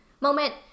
moment